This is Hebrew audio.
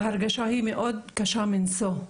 ההרגשה היא מאוד קשה מנשוא,